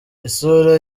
isura